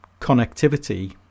connectivity